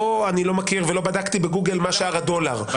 לא אני לא מכיר ולא בדקתי בגוגל מה שער הדולר --- אבל